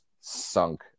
sunk